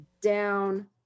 down